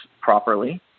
properly